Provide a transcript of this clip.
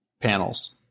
panels